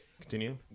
continue